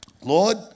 Lord